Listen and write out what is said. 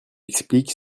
explique